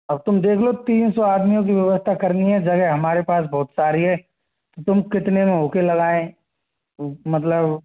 अब तुम देख लो तीन सौ आदमियों की व्यवस्था करनी है जगह हमारे पास बहुत सारी हैं तुम कितने में होके लगाएं मतलब